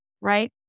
right